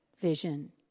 vision